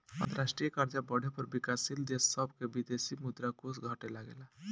अंतरराष्ट्रीय कर्जा बढ़े पर विकाशील देश सभ के विदेशी मुद्रा कोष घटे लगेला